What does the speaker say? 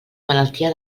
malaltia